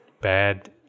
Bad